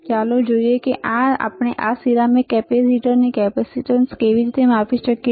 તો ચાલો જોઈએ કે આપણે આ સિરામિક કેપેસિટરની કેપેસીટન્સ કેવી રીતે માપી શકીએ